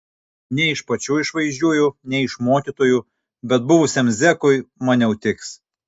ne iš pačių išvaizdžiųjų ne iš mokytųjų bet buvusiam zekui maniau tiks